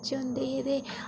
बच्चे होंदे हे ते